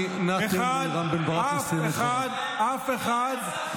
אחד עוד לא התפטר.